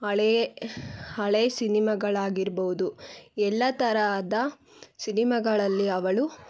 ಹಳೆ ಹಳೆಯ ಸಿನಿಮಾಗಳಾಗಿರ್ಬೋದು ಎಲ್ಲ ತರಹದ ಸಿನಿಮಾಗಳಲ್ಲಿ ಅವಳು